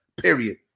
Period